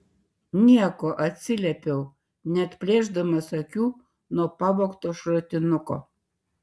nieko atsiliepiau neatplėšdamas akių nuo pavogto šratinuko